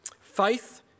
Faith